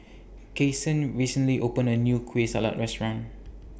Kasen recently opened A New Kueh Salat Restaurant